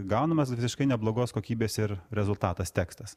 gaunamas visiškai neblogos kokybės ir rezultatas tekstas